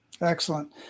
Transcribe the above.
Excellent